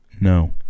No